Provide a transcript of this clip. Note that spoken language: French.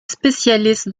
spécialiste